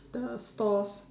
the stalls